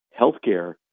healthcare